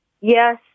yes